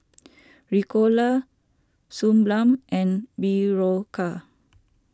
Ricola Suu Balm and Berocca